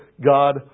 God